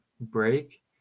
break